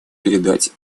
передать